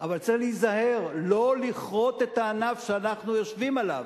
אבל צריך להיזהר שלא לכרות את הענף שאנחנו יושבים עליו.